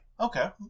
Okay